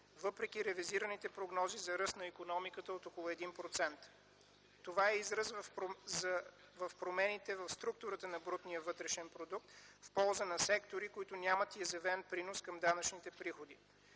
въпреки ревизираните прогнози за ръст на икономиката от около 1%. Това е израз за промените в структурата на брутния вътрешен продукт в полза на сектори, които нямат изявен принос към данъчните приходи.